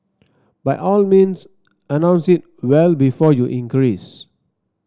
by all means announce it well before you increase